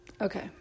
Okay